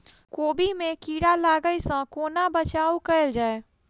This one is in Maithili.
कोबी मे कीड़ा लागै सअ कोना बचाऊ कैल जाएँ?